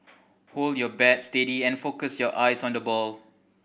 hold your bat steady and focus your eyes on the ball